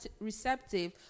receptive